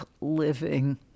living